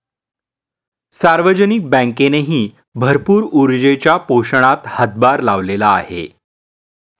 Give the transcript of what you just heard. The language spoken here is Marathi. सार्वजनिक बँकेनेही भरपूर ऊर्जेच्या पोषणात हातभार लावलेला आहे